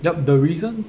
yup the reason